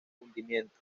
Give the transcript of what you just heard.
hundimiento